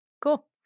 Cool